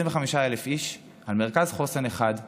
25,000 איש על מרכז חוסן אחד,